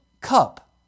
cup